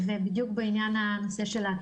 למעשה,